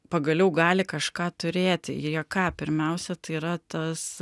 pagaliau gali kažką turėti jie yra ką pirmiausia tai yra tas